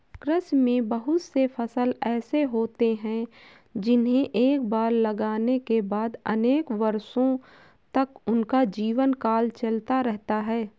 कृषि में बहुत से फसल ऐसे होते हैं जिन्हें एक बार लगाने के बाद अनेक वर्षों तक उनका जीवनकाल चलता रहता है